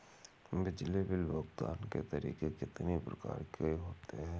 बिजली बिल भुगतान के तरीके कितनी प्रकार के होते हैं?